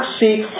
seek